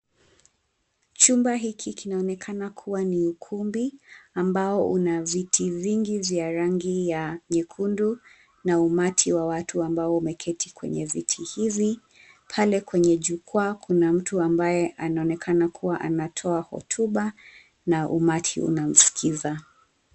Chumba hiki kinaonekana kuwa ni ukumbi ambao una viti vingi vya rangi ya nyekundu na umati wa watu ambao umeketi kwenye viti hivi. Pale kwenye jukwaa kuna mtu ambaye anayeonekana kuwa anatoa hotuba na umati unamsikiza.